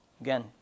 again